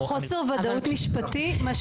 חוסר וודאות משפטי,